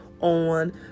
on